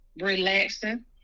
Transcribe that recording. relaxing